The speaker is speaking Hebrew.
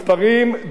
בכנסת הבאה.